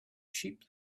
sheep